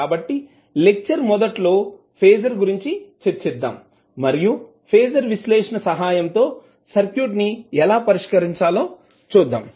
కాబట్టి లెక్చర్ మొదట్లో ఫేజర్ గురించి చర్చిద్దాం మరియు ఫేజర్ విశ్లేషణ సహాయం తో సర్క్యూట్ ని ఎలా పరిష్కరించాలో చూద్దాం